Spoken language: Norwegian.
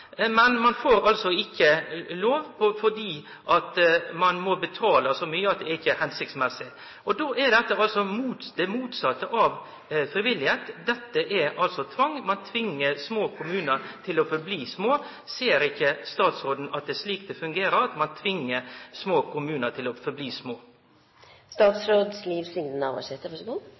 må ein betale så mykje at det ikkje er hensiktsmessig. Då er det det motsette av frivilligheit, det er tvang – ein tvingar små kommunar til å bli verande små. Ser ikkje statsråden at det er slik det fungerer, at ein tvinger små kommunar til å